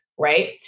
right